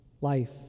life